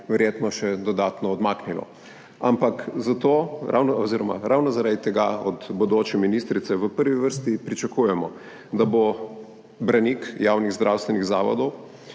verjetno še dodatno odmaknilo, ampak za to oziroma ravno, zaradi tega od bodoče ministrice v prvi vrsti pričakujemo, da bo branik javnih zdravstvenih zavodov,